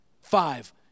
Five